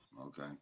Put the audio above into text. okay